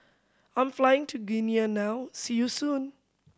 I'm flying to Guinea now see you soon